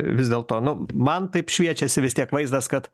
vis dėlto nu man taip šviečiasi vis tiek vaizdas kad